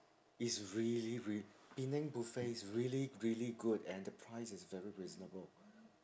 it's really real~ penang buffet is really really good and the price is very reasonable